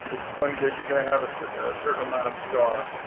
it's going to. you're going to have a certain certain amount of scar.